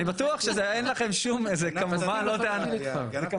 אני בטוח שאין לכם שום זו כמובן לא טענה אליכם.